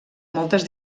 moltes